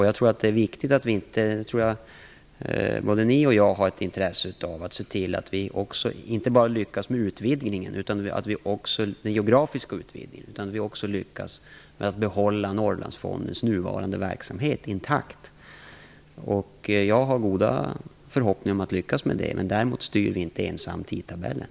Jag tror att det är viktigt att både ni och jag har intresse av att se till att vi lyckas inte bara med den geografiska utvidgningen utan också med att behålla Norrlandsfondens nuvarande verksamhet intakt. Jag har goda förhoppningar om att det lyckas med det. Däremot styr inte vi ensamma tidtabellen.